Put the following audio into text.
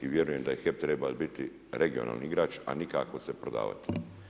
I vjerujem da HEP treba biti regionalni igrač a nikako se prodavati.